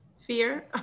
fear